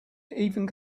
even